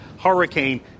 Hurricane